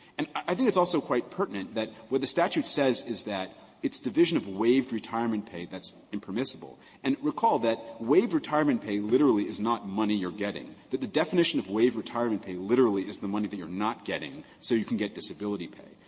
and i think it's also quite pertinent that what the statute says is that it's division of waived retirement pay that's impermissible. and recall that waived retirement pay literally is not money you're getting. the definition of waived retirement pay literally is the money that you're not getting so you can get disability pay.